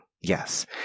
Yes